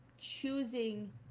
choosing